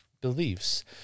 beliefs